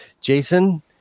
Jason